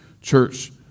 Church